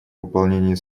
выполнении